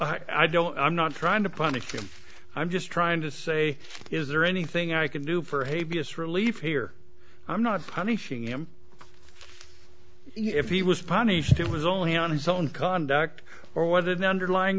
i don't i'm not trying to punish him i'm just trying to say is there anything i can do for hey biggest relief here i'm not punishing him if he was punished it was only on his own conduct or whether the underlyin